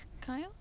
Kyle